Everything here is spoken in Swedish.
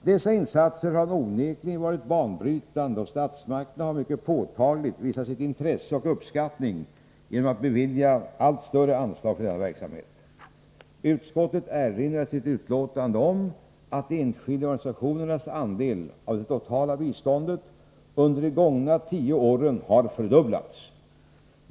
Dessa insatser har onekligen varit banbrytande, och statsmakterna har mycket påtagligt visat sitt intresse och sin uppskattning genom att bevilja allt större anslag för denna verksamhet. Utskottet erinrar i sitt betänkande om att de enskilda organisationernas andel av det totala biståndet under de gångna tio åren har fördubblats.